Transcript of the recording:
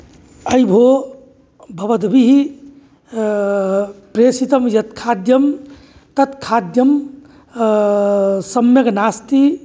अयि भोः भवद्भिः प्रेषितं यत् खाद्यं तद् खाद्यं सम्यक् नास्ति